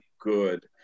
good